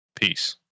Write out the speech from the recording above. Peace